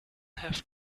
have